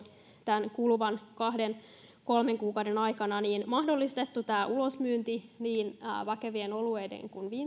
tämän kuluvan kahden viiva kolmen kuukauden aikana mahdollistettu tämä ulosmyynti niin väkevien oluiden kuin